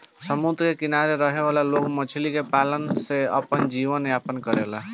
समुंद्र के किनारे रहे वाला लोग मछली के पालन से आपन जीवन यापन करेले